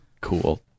Cool